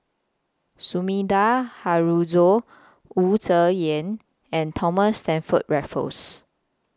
Sumida Haruzo Wu Tsai Yen and Thomas Stamford Raffles